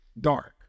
dark